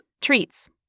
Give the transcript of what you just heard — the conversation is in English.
treats